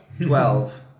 Twelve